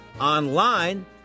online